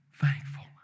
thankful